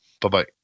Bye-bye